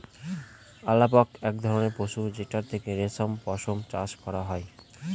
আলাপক এক ধরনের পশু যেটার থেকে রেশম পশম চাষ করা হয়